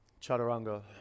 chaturanga